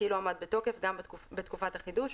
כאילו עמד בתוקף גם בתקופת החידוש,